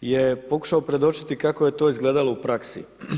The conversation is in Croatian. je pokušao predočiti kako je to izgledalo u praski.